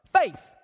faith